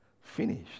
Finished